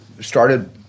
started